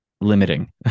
limiting